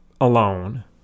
alone